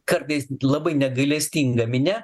kartais labai negailestinga minia